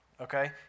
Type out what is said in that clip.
okay